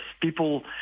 People